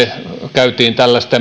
käytiin